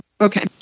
Okay